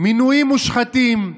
מינויים מושחתים,